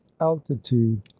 altitude